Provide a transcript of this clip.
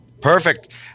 Perfect